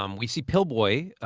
um we see pillboi,